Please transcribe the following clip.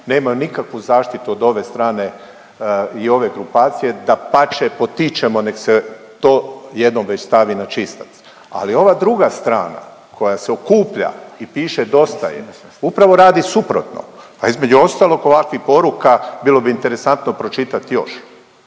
nemaju nikakvu zaštitu od ove strane i ove grupacije. Dapače, potičemo nek se to jednom već stavi na čistac. Ali ova druga strana koja se okuplja i piše dosta je, upravo radi suprotno. A između ostalog, ovakvih poruka bilo bi interesantno pročitati još.